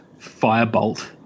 Firebolt